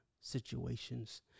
situations